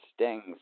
stings